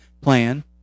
plan